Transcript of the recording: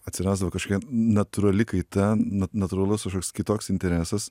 atsirasdavo kažkokia natūrali kaita na natūralus kitoks interesas